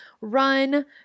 run